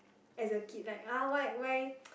as a kid like ah why why